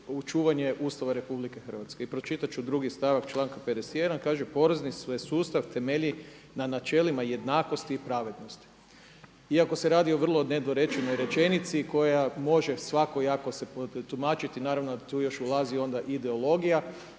očuvanje Ustava Republike Hrvatske. I pročitat ću 2. stavak članka 51. kaže: „porezni se sustav temelji na načelima jednakosti i pravednosti“. Iako se radi o vrlo nedorečenoj rečenici koja može svakojako se protumačiti naravno tu još ulazi onda ideologija